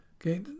Okay